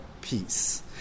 peace